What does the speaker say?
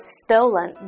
stolen